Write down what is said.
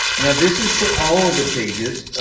now this is for all the pages.